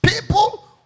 people